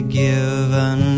given